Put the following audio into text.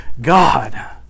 God